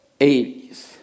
80s